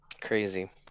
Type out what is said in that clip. Crazy